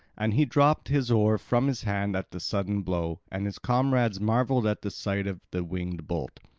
and he dropped his oar from his hands at the sudden blow, and his comrades marvelled at the sight of the winged bolt.